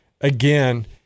again